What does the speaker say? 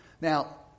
Now